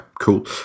cool